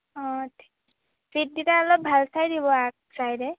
অঁ চিটকেইটা অলপ ভাল চাই দিব আগ ছাইডে